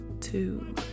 two